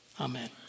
Amen